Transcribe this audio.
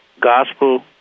gospel